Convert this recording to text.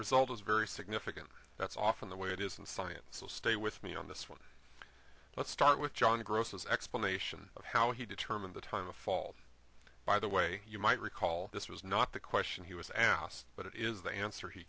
result is very significant that's often the way it is in science so stay with me on this one let's start with john gross explanation of how he determined the time of fall by the way you might recall this was not the question he was asked but it is the answer he